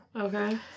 Okay